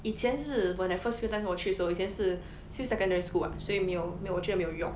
以前是 when I first few times 我去的时候以前是 still secondary school [what] 所以没有我觉得没有用